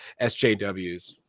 SJWs